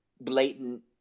blatant